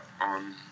on